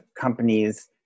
companies